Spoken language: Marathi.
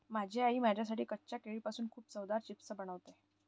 माझी आई माझ्यासाठी कच्च्या केळीपासून खूप चवदार चिप्स बनवते